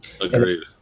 Agreed